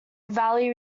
valley